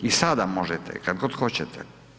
I sada možete kad god hoćete.